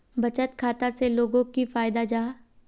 बचत खाता से लोगोक की फायदा जाहा?